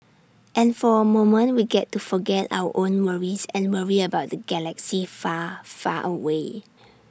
and for A moment we get to forget our own worries and worry about the galaxy far far away